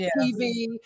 TV